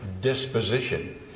disposition